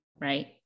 right